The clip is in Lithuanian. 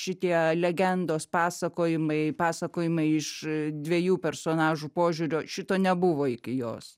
šitie legendos pasakojimai pasakojimai iš dviejų personažų požiūrio šito nebuvo iki jos